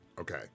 Okay